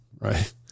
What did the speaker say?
right